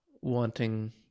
wanting